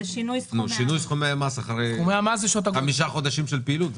זה אחרי חמישה חודשי פעילות.